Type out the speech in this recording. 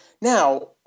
Now